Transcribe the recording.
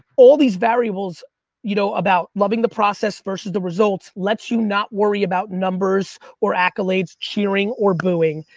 all these variables you know about loving the process versus the results lets you not worry about numbers, or accolades, cheering, or booing.